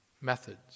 methods